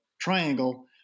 Triangle